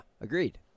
Agreed